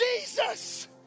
jesus